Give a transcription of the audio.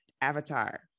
avatar